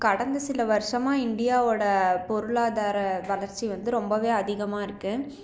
கடந்த சில வருஷமாக இண்டியாவோட பொருளாதார வளர்ச்சி வந்து ரொம்பவே அதிகமாக இருக்கு